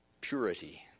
purity